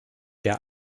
der